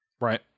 Right